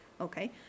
okay